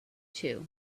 too